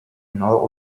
nord